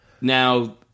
Now